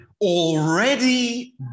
already